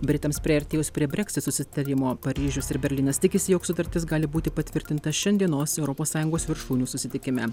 britams priartėjus prie breksit susitarimo paryžius ir berlynas tikisi jog sutartis gali būti patvirtinta šiandienos europos sąjungos viršūnių susitikime